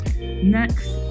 Next